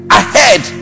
ahead